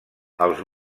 els